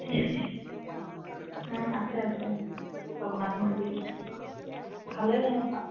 আছে আছে জগন্নাথ মন্দিৰ